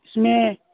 اس میں